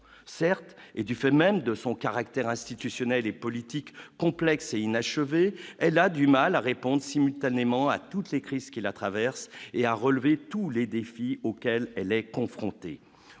certes, et du fait même de son caractère institutionnel et politique complexe et inachevée, elle a du mal à répondent simultanément à toutes ces crises qui la traverse et à relever tous les défis auxquels elle est confrontée